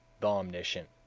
the omniscient,